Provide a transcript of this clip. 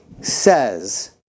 says